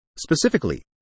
Specifically